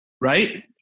Right